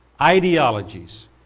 ideologies